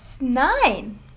nine